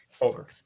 Over